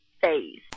face